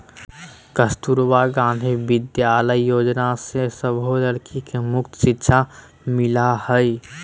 कस्तूरबा गांधी विद्यालय योजना से सभे लड़की के मुफ्त शिक्षा मिला हई